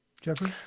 Jeffrey